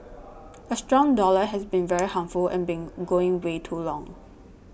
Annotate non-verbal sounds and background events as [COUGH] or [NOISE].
a strong dollar has been [NOISE] very harmful and been going way too long